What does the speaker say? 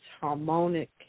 harmonic